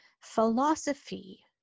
philosophy